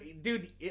dude